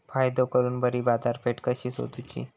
फायदो करून बरी बाजारपेठ कशी सोदुची?